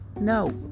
no